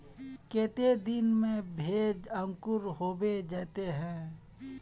केते दिन में भेज अंकूर होबे जयते है?